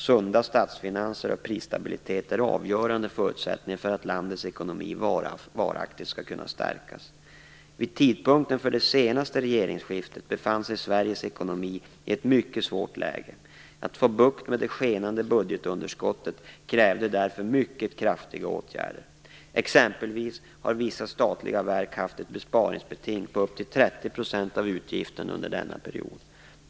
Sunda statsfinanser och prisstabilitet är avgörande förutsättningar för att landets ekonomi varaktigt skall kunna stärkas. Vid tidpunkten för det senaste regeringsskiftet befann sig Sveriges ekonomi i ett mycket svårt läge. Att få bukt med det skenande budgetunderskottet krävde därför mycket kraftiga åtgärder. Exempelvis har vissa statliga verk haft ett besparingsbeting på upp till 30 % av utgifterna under denna period.